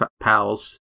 pals